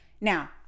Now